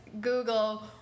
Google